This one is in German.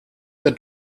der